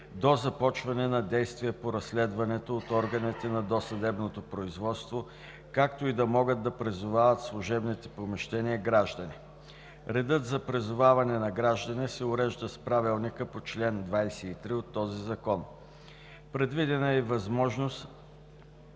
до започване на действия по разследването от органите на досъдебното производство, както и да могат да призовават в служебните помещения граждани. Редът за призоваване на граждани се урежда с правилника по чл. 23 от този закон. Предвидена е и възможност